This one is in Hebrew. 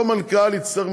אותו מנכ"ל יצטרך,